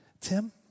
Tim